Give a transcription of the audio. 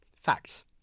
Facts